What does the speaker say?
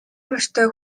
морьтой